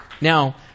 Now